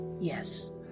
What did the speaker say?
Yes